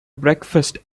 breakfast